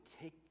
take